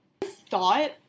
thought